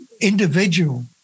individual